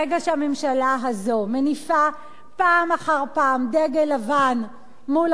ברגע שהממשלה הזאת מניפה פעם אחר פעם דגל לבן מול